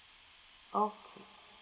okay